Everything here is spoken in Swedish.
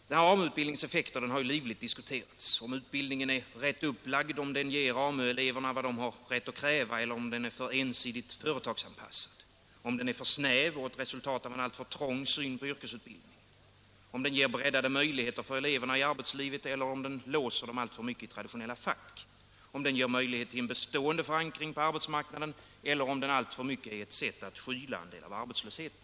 AMU-utbildningens effekter har livligt diskuterats: om utbildningen är rätt upplagd, om den ger AMU-eleverna vad de har rätt att kräva, eller om den är för ensidigt företagsanpassad, om den är för snäv och ett resultat av en alltför trång syn på yrkesutbildning, om den ger breddade möjligheter för eleverna i arbetslivet eller om den låser dem alltför mycket i traditionella fack, om den ger möjlighet till en bestående förankring på arbetsmarknaden — eller om den alltför mycket bara är ett sätt att skyla en del av arbetslösheten.